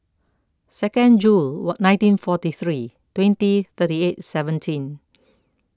second June nineteen forty three twenty thirty eight seventeen